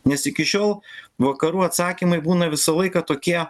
nes iki šiol vakarų atsakymai būna visą laiką tokie